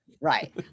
Right